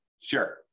Sure